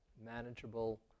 manageable